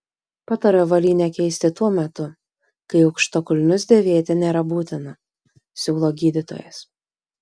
patariu avalynę keisti tuo metu kai aukštakulnius dėvėti nėra būtina siūlo gydytojas